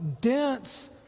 dense